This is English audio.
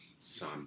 Son